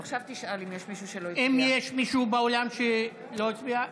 האם יש מישהו באולם שלא הצביע?